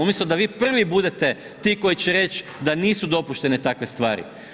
Umjesto da vi prvi budete ti koji će reći da nisu dopuštene takve stvari.